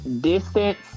distance